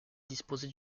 disposait